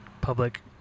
public